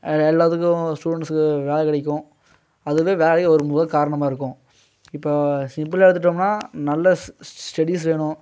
எல்லாத்துக்கும் ஸ்டூடண்ட்ஸுக்கு வேலை கிடைக்கும் அதுவே வேலை வரும் போது காரணமாக இருக்கும் இப்போது சிம்பிளாக எடுத்துகிட்டோம்னா நல்ல ஸ்டடிஸ் வேணும்